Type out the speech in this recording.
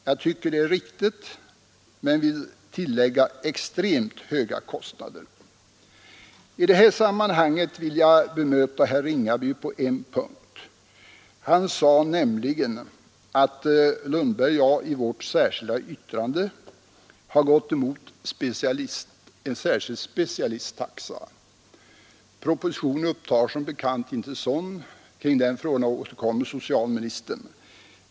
Jag tycker att det är riktigt men vill tillägga att det är bara extremt höga kostnader som kan accepteras. I detta sammanhang vill jag bemöta herr Ringaby på en punkt. Han sade att herr Lundberg och jag i vårt särskilda yttrande gått emot en särskild specialisttaxa. Propositionen upptar som bekant inte en sådan. Till den frågan återkommer socialministern.